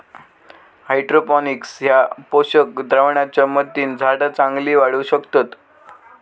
hydroponics ह्या पोषक द्रावणाच्या मदतीन झाडा चांगली वाढू शकतत